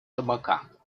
табака